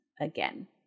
again